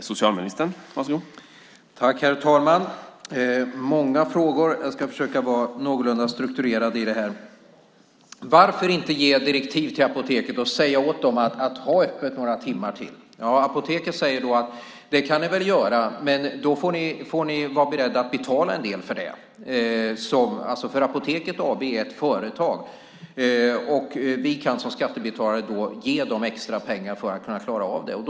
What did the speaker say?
Herr talman! Det var många frågor. Jag ska försöka vara någorlunda strukturerad i svaren. Varför inte ge direktiv till Apoteket och säga åt dem att ha öppet några timmar till? Apoteket säger då: Det kan ni väl göra, men då får ni vara beredda att betala en del för det. Apoteket AB är ett företag. Vi kan som skattebetalare ge dem extra pengar för att klara av detta.